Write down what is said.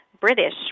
British